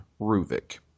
Ruvik